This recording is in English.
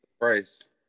Price